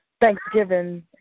Thanksgiving